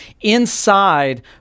inside